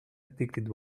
addicted